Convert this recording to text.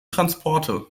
transporte